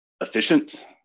efficient